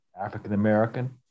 African-American